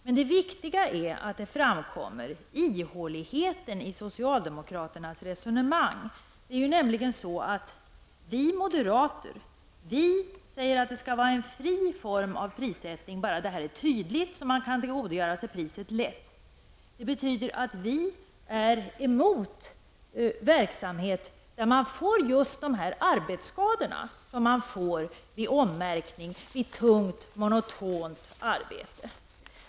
Men det viktiga är att ihåligheten i socialdemokraternas resonemang framkommer. Det är nämligen så att vi moderater säger att det skall vara en fri form av prismärkning, bara den är tydlig så att man kan tillgodogöra sig priset lätt. Det betyder att vi är emot verksamhet där man får sådana arbetsskador som man får vid ommärkning och vid tungt, monotont arbete.